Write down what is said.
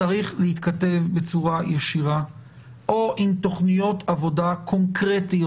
צריך להתכתב בצורה ישירה או עם תכניות עבודה קונקרטיות